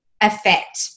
effect